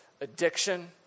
addiction